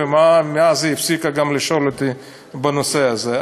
ומאז היא הפסיקה גם לשאול אותי בנושא הזה.